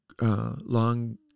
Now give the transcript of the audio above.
long